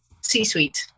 C-suite